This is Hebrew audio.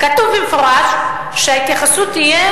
כתוב במפורש, שההתייחסות תהיה